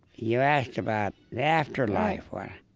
you asked about the afterlife. well,